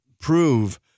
prove